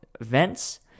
events